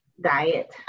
diet